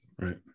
Right